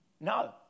No